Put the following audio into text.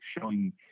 showing